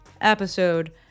episode